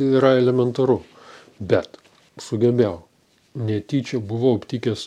yra elementaru bet sugebėjau netyčia buvau aptikęs